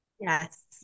Yes